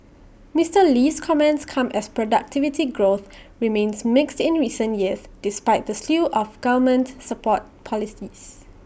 Mister Lee's comments come as productivity growth remains mixed in recent years despite the slew of government support policies